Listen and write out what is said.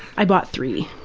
i bought three.